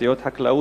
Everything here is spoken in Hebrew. תשתיות חקלאיות,